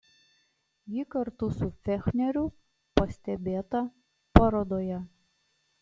ji kartu su fechneriu pastebėta parodoje